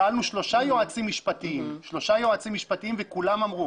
שאלנו שלושה יועצים משפטיים וכולם אמרו